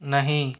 नहीं